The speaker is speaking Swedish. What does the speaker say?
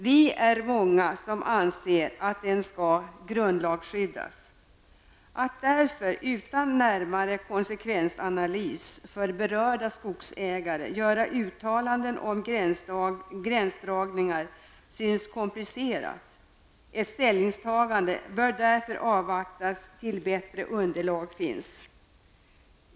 Vi är många som anser att den skall grundlagsskyddas. Att därför utan närmare konsekvensanalys för berörda skogsägare göra uttalanden om gränsdragningar synes komplicerat. Ett ställningstagande bör därför avvaktas till dess ett bättre underlag finns.